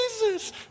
Jesus